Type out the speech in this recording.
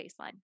baseline